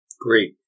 Great